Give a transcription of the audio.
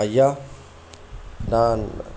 ஐயா நான்